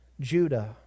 Judah